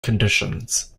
conditions